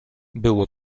było